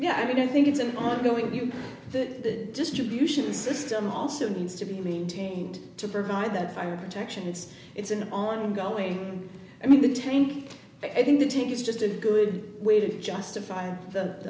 yeah i mean i think it's an ongoing view that distribution system also needs to be maintained to provide that fire protection it's it's an ongoing i mean the tank i think the take is just a good way to justify the